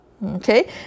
Okay